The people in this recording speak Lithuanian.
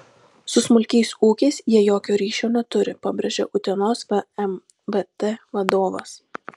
su smulkiais ūkiais jie jokio ryšio neturi pabrėžė utenos vmvt vadovas